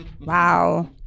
Wow